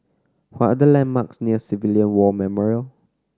what the landmarks near Civilian War Memorial